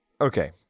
Okay